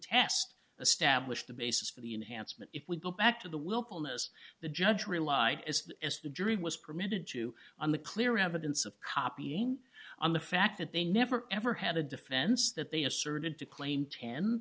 test establish the basis for the enhanced but if we go back to the willfulness the judge relied as as the jury was permitted to on the clear evidence of copying on the fact that they never ever had a defense that they asserted to claim ten